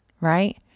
right